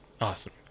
Awesome